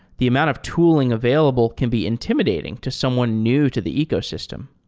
the amount of tooling available can be intimidating to someone new to the ecosystem